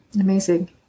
Amazing